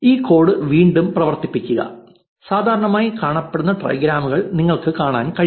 ഈ കോഡ് വീണ്ടും പ്രവർത്തിപ്പിക്കുക സാധാരണയായി കാണപ്പെടുന്ന ട്രൈഗ്രാമുകൾ നിങ്ങൾക്ക് കാണാൻ കഴിയും